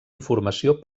informació